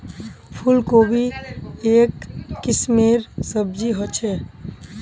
फूल कोबी एक किस्मेर सब्जी ह छे